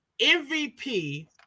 MVP